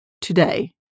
today